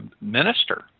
minister